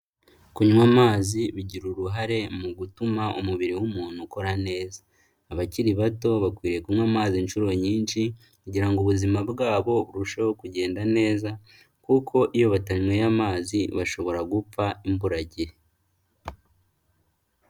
Kunywa amazi bigira uruhare mu gutuma umubiri w'umuntu ukora neza, abakiri bato bakwiriye kunywa amazi inshuro nyinshi kugira ngo ubuzima bwabo burusheho kugenda neza kuko iyo batanyweye amazi bashobora gupfa imburagihe.